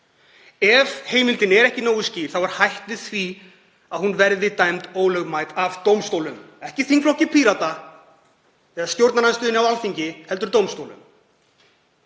Ef heimildin er ekki nógu skýr er hætt við því að hún verði dæmd ólögmæt af dómstólum, ekki af þingflokki Pírata eða stjórnarandstöðunni á Alþingi heldur af dómstólum